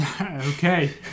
Okay